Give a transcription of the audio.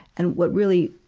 and what really,